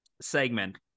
segment